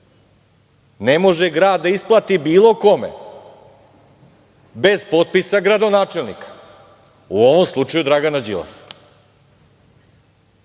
ne može grad da isplati bilo kome bez potpisa gradonačelnika, u ovom slučaju Dragana Đilasa.